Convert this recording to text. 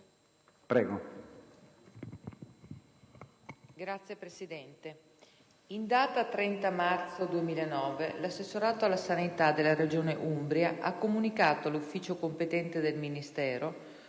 Signor Presidente, in data 30 marzo 2009, l'Assessorato alla sanità della Regione Umbria ha comunicato all'ufficio competente del Ministero,